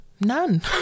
None